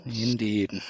Indeed